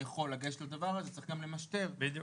יכול לגשת לדבר הזה צריך גם למשטר את ה --- בדיוק.